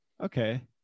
okay